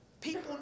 People